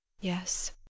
Yes